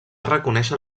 reconèixer